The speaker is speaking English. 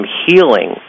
healing